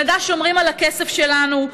שנדע ששומרים על הכסף שלנו,